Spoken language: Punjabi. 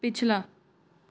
ਪਿਛਲਾ